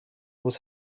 was